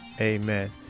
amen